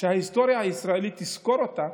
שההיסטוריה הישראלית תזכור אותה